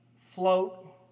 Float